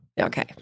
Okay